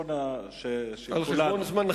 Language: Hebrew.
על-חשבון זמני